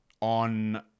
on